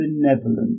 benevolent